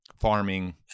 farming